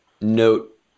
note